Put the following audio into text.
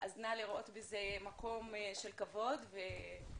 אז נא לראות בזה מקום של כבוד והכלה,